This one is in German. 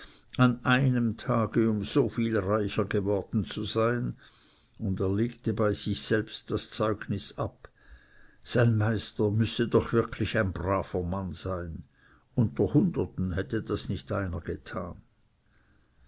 an einem tage um so viel reicher geworden zu sein und er legte bei sich selbst das zeugnis ab sein meister müsse doch wirklich ein braver mann sein unter hunderten hätte das nicht einer getan